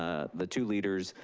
ah the two leaders,